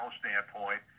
standpoint